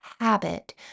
habit